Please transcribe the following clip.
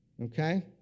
Okay